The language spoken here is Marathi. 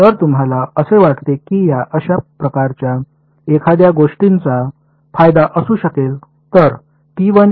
तर तुम्हाला असे वाटते की या अशा प्रकारच्या एखाद्या गोष्टीचा फायदा असू शकेल